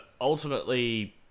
ultimately